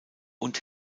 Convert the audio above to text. und